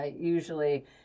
Usually